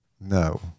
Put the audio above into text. No